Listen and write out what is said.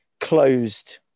closed